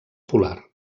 polar